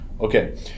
Okay